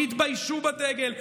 התביישו בדגל,